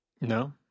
No